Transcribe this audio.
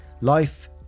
life